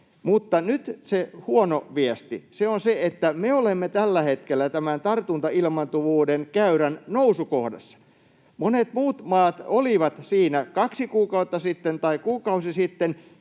Mutta nyt se huono viesti: Se on se, että me olemme tällä hetkellä tämän tartuntailmaantuvuuden käyrän nousukohdassa. Monet muut maat olivat siinä kaksi kuukautta sitten tai kuukausi sitten,